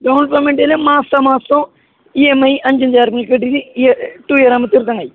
down പേയ്മെൻറ്റിന് മാസാമാസം E M I അഞ്ചഞ്ചായിരം റുപ്യ കെട്ടിയിട്ട് ടൂ ഇയർ ആകുമ്പോൾ തീർക്കാൻ കഴിയും